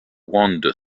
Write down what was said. wander